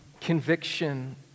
conviction